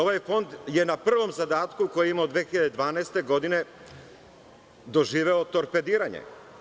Ovaj Fond je na prvom zadatku koji je imao 2012. godine doživeo torpediranje.